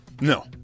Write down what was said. No